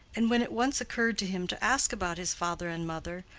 and when it once occurred to him to ask about his father and mother,